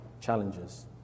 challenges